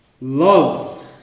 Love